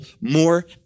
more